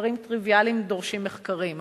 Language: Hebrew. שדברים טריוויאליים דורשים מחקרים.